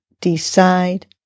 decide